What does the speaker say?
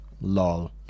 lol